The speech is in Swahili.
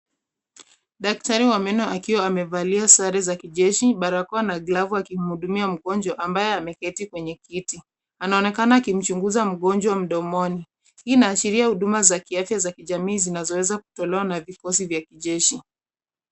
Daktari wa meno akiwa amevalia sare za kijeshi , barakoa na glavu akimhudumia mgonjwa ambaye ameketi kwenye kiti. Anaonekana akimchunguza mgonjwa mdomoni. Hii inaashiria huduma za kiafya za kijamii zinazoweza kutolewa na vikosi vya kijeshi.